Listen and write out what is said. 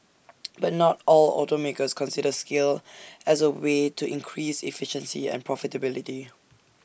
but not all automakers consider scale as A way to increased efficiency and profitability